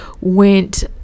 went